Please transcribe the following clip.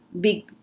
big